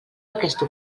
aquesta